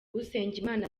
usengimana